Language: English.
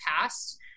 past